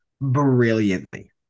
brilliantly